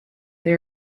they